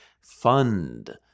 fund